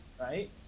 right